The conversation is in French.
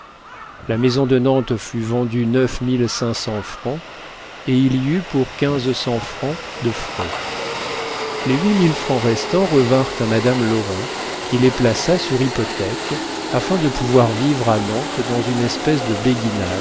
la maison de nantes fut vendue neuf mille cinq cents francs et il y eut pour quinze cents francs de frais les huit mille francs restant revinrent à madame lorrain qui les plaça sur hypothèque afin de pouvoir vivre à nantes dans une espèce de béguinage